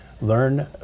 Learn